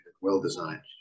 well-designed